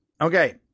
Okay